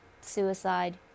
suicide